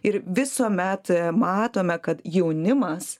ir visuomet matome kad jaunimas